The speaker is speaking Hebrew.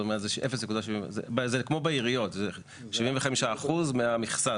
כמו הדוגמאות שהובאו כאן זה בערך 10% מהקולות הכשרים